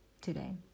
today